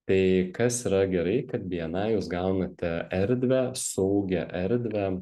tai kas yra gerai kad bni jūs gaunate erdvę saugią erdvę